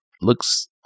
looks